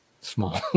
Small